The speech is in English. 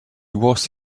was